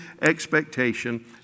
expectation